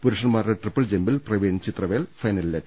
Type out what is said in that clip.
പുരുഷന്മാരുടെ ട്രിപ്പിൾ ജമ്പിൽ പ്രവീൺ ചിത്രവേൽ ഫൈനലിലെത്തി